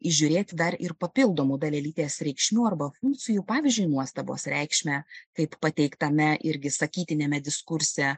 įžiūrėti dar ir papildomų dalelytės reikšmių arba funkcijų pavyzdžiui nuostabos reikšmę kaip pateiktame irgi sakytiniame diskurse